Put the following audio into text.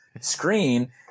screen